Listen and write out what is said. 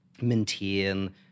maintain